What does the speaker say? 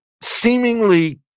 seemingly